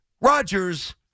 Rodgers